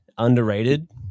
underrated